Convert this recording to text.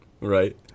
right